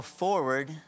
forward